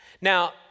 Now